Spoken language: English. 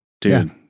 dude